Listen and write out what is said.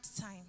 time